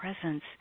Presence